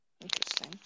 Interesting